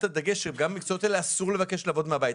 אפילו במקצעות שכאלו אי-אפשר לעבוד מהבית.